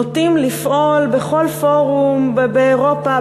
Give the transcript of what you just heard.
נוטים לפעול בכל פורום באירופה,